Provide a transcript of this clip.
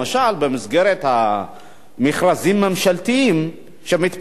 במסגרת המכרזים הממשלתיים שמתפרסמים?